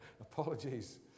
apologies